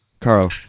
Carl